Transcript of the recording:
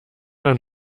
dann